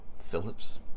Phillips